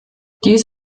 dies